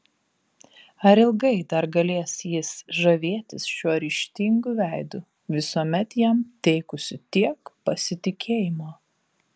ar ilgai dar galės jis žavėtis šiuo ryžtingu veidu visuomet jam teikusiu tiek pasitikėjimo